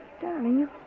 Darling